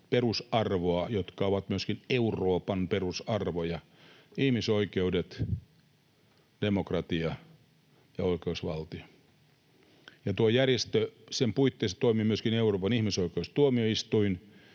perusarvoa, jotka ovat myöskin Euroopan perusarvoja: ihmisoikeudet, demokratia ja oikeusvaltio. Tuon järjestön puitteissa toimii myöskin Euroopan ihmisoikeustuomioistuin,